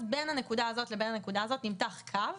בין הנקודה הזאת לבין הנקודה הזאת נמתח קו